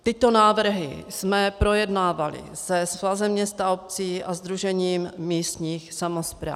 Tyto návrhy jsme projednávali se Svazem měst a obcí a Sdružením místních samospráv.